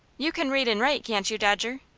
you can read and write, can't you, dodger?